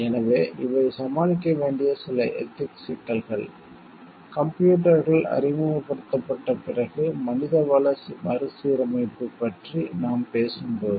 எனவே இவை சமாளிக்க வேண்டிய சில எதிக்ஸ் சிக்கல்கள் கம்ப்யூட்டர்கள் அறிமுகப்படுத்தப்பட்ட பிறகு மனிதவள மறுசீரமைப்பு பற்றி நாம் பேசும்போது